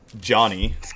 Johnny